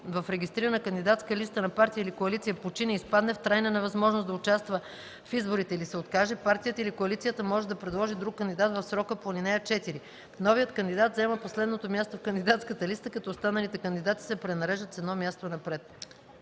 в регистрирана кандидатска листа на партия или коалиция почине, изпадне в трайна невъзможност да участва в изборите или се откаже, партията или коалицията може да предложи друг кандидат в срока по ал. 4. Новият кандидат заема последното място в кандидатската листа, като останалите кандидати се пренареждат с едно място напред.”